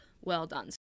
well-done